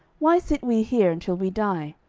why sit we here until we die?